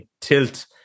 tilt